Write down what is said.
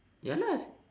ya lah